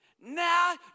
Now